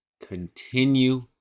continue